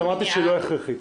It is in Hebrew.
אמרתי שהיא לא הכרחית.